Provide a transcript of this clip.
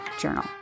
Journal